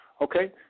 Okay